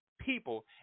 people